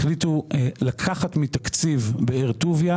החליטה לקחת מתקציב באר טוביה,